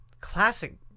classic